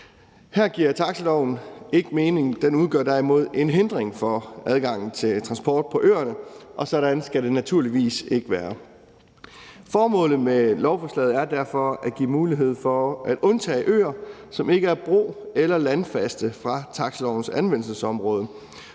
Her giver taxiloven ikke mening. Den udgør derimod en hindring for adgangen til transport på øerne, og sådan skal det naturligvis ikke være. Formålet med lovforslaget er derfor at give mulighed for at undtage øer, som ikke er bro- eller landfaste, fra taxilovens anvendelsesområde,